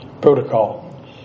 protocol